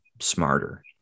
smarter